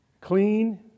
clean